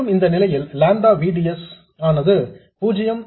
மேலும் இந்த நிலையில் லாம்டா V D S ஆனது 0